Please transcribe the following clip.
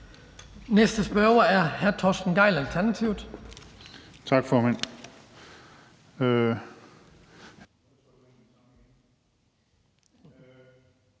Næste spørger er hr. Torsten Gejl, Alternativet. Kl.